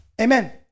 Amen